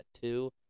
two